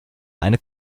eine